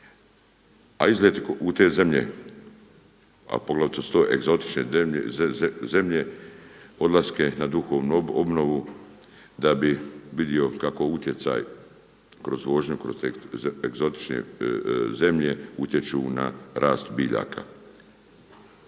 a izlet u te zemlje, a pogotovo su to egzotične zemlje odlaske na duhovnu obnovu da bi vidio kako utjecaj kroz vožnju kroz te egzotične zemlje utječu na rast biljaka.